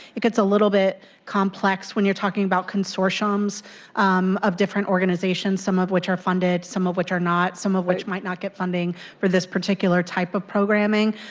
it gets a little bit complex when you're talking about consortiums um of different organizations, some of which are funded, some of which are not, some of which might not get funding for this particular type of programming,